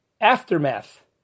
aftermath